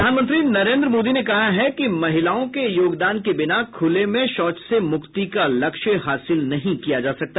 प्रधानमंत्री नरेन्द्र मोदी ने कहा है कि महिलाओं के योगदान के बिना खूले में शौच से मुक्ति का लक्ष्य हासिल नहीं किया जा सकता